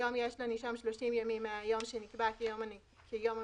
היום יש לנישום 30 ימים מיום שנקבע כיום המכירה.